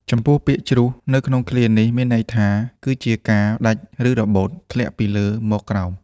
ចំពោះពាក្យ ជ្រុះ នៅក្នុងឃ្លានេះមានន័យថា គឺជាការដាច់ ឬរបូតធ្លាក់ពីលើមកក្រោម។